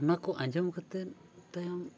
ᱚᱱᱟᱠᱚ ᱟᱸᱡᱚᱢ ᱠᱟᱛᱮᱫ ᱛᱟᱭᱚᱢ